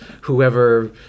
whoever